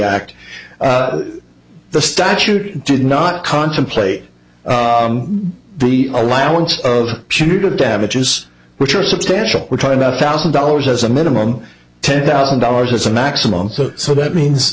act the statute did not contemplate the allowance of punitive damages which are substantial we're talking about a thousand dollars as a minimum ten thousand dollars as a maximum so so that means